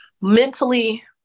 Mentally